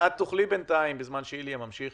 בזמן שאיליה ממשיך